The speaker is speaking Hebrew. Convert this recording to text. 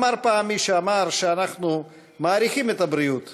אמר מי שאמר שאנחנו מעריכים את הבריאות